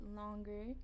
longer